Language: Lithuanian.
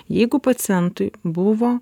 jeigu pacientui buvo